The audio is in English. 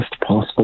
possible